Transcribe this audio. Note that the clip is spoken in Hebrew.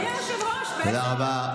תודה רבה.